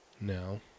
now